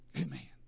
Amen